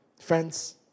Friends